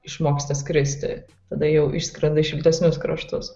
išmoksta skristi tada jau išskrenda į šiltesnius kraštus